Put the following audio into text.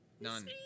None